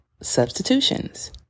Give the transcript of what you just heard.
substitutions